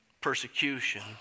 persecution